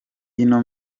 ino